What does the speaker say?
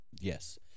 yes